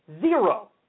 Zero